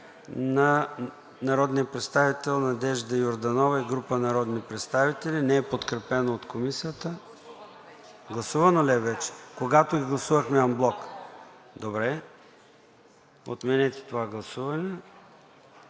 на народния представител Надежда Йорданова и група народни представители, неподкрепено от Комисията, което е гласувано вече, когато ги гласувахме анблок. Отменете това гласуване.